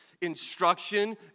instruction